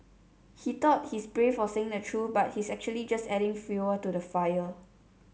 he thought he's brave for saying the truth but he's actually just adding fuel to the fire